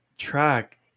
track